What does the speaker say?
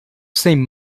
sem